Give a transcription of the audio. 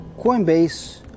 Coinbase